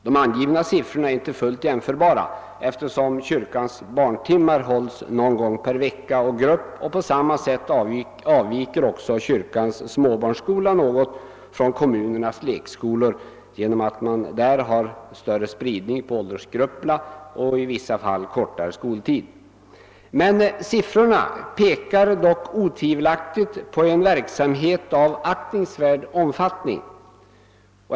De angivna siffrorna är inte fullt jämförbara, eftersom kyrkans barntimmar hålls någon gång per vecka och grupp. På samma sätt avviker också kyrkans småbarnsskola något från kommunernas lekskolor genom att man där har större spridning på åldersgrupperna och i vissa fall kortare skoltid. Siffrorna pekar dock otvivelaktigt på en verksamhet av aktningsvärd omfattning.